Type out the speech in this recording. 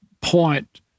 point